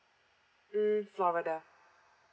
mm florida